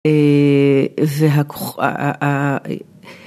זה הק...